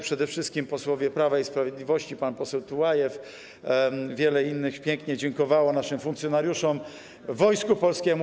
Przede wszystkim posłowie Prawa i Sprawiedliwości, pan poseł Tułajew, wielu innych, pięknie dziękowali naszym funkcjonariuszom, Wojsku Polskiemu.